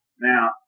Now